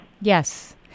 Yes